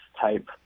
type